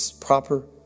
proper